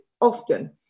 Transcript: often